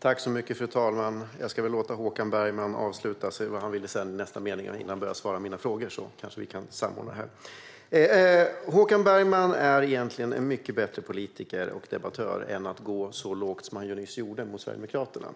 Fru talman! Jag ska väl låta Håkan Bergman avsluta sin mening och det han ville säga innan han börjar besvara mina frågor. Vi kanske kan samordna oss så. Håkan Bergman är egentligen en mycket bättre politiker och debattör än han var nyss när han gick så lågt som han gjorde mot Sverigedemokraterna.